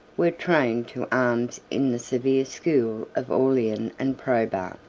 were trained to arms in the severe school of aurelian and probus.